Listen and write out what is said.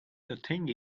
thing